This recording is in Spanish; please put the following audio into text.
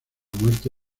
muerte